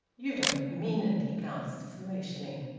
you don't mean it! he gasped foolishly.